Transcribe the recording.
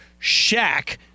Shaq